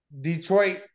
Detroit